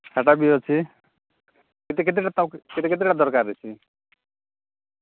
ସେଟା ବି ଅଛି କେତେ କେତେ କେତେ କେତେଟା ଦରକାର ଅଛି